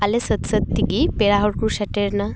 ᱟᱞᱮ ᱥᱟᱹᱛ ᱥᱟᱹᱛ ᱛᱮᱜᱮ ᱯᱮᱲᱟ ᱦᱚᱲ ᱠᱚ ᱥᱮᱴᱮᱨᱱᱟ